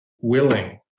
willing